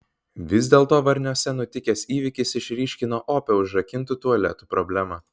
vis dėlto varniuose nutikęs įvykis išryškino opią užrakintų tualetų problemą